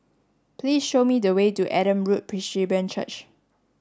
please show me the way to Adam Road Presbyterian Church